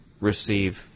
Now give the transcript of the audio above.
receive